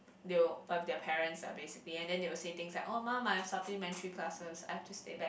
they will their parents ah basically and then they will say things like orh mum I've supplementary classes I've to stay back